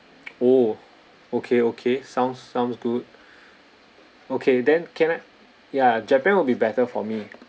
oh okay okay sounds sounds good okay then can I ya japan will be better for me